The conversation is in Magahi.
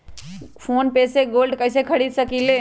फ़ोन पे से गोल्ड कईसे खरीद सकीले?